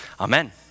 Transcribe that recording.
Amen